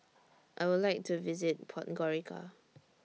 I Would like to visit Podgorica